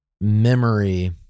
memory